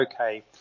okay